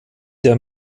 der